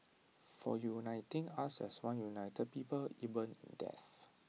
for uniting us as one united people even in death